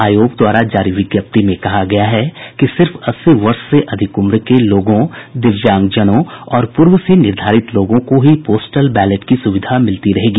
आयोग द्वारा जारी विज्ञप्ति में कहा गया है सिर्फ अस्सी वर्ष से अधिक उम्र के लोगों दिव्यांगजनों और पूर्व से निर्धारित लोगों को ही पोस्टल बैलेट की सुविधा मिलती रहेगी